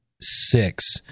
six